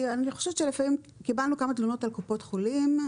קיבלנו כמה תלונות על קופות חולים,